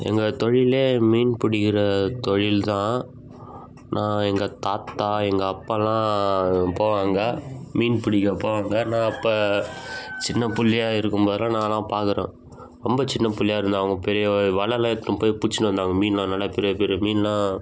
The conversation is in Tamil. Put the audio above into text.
எங்கள் தொழிலே மீன் பிடிக்கிற தொழில் தான் நான் எங்கள் தாத்தா எங்கள் அப்பாலாம் போவாங்க மீன் பிடிக்கப் போவாங்க நான் அப்போ சின்னப் பிள்ளையா இருக்கும் போதெலாம் நானெலாம் பார்க்குறேன் ரொம்ப சின்னப் பிள்ளையா இருந்தேன் அவங்க பெரிய வலைலாம் எடுத்துன்னு போய் பிடிச்சின்னு வந்தாங்க மீன்லாம் நல்லா பெரிய பெரிய மீனெலாம்